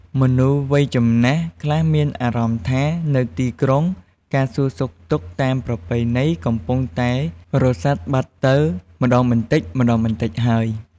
មនុស្សវ័យចំណាស់ខ្លះមានអារម្មណ៍ថា នៅទីក្រុង ការសួរសុខទុក្ខតាមប្រពៃណីកំពុងតែរសាត់បាត់ទៅម្ដងបន្តិចៗហើយ។